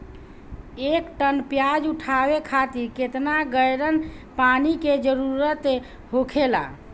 एक टन प्याज उठावे खातिर केतना गैलन पानी के जरूरत होखेला?